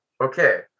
Okay